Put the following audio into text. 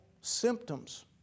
symptoms